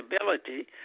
ability